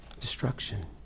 destruction